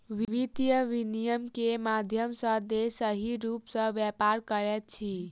वित्तीय विनियम के माध्यम सॅ देश सही रूप सॅ व्यापार करैत अछि